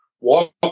walk